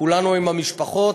כולנו עם המשפחות,